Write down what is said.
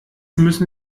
müssen